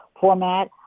format